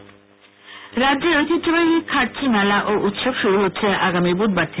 থার্চি রাজ্যের ঐতিহ্যবাহী খার্চি মেলা ও উৎসব শুরু হচ্ছে আগামী বুধবার থেকে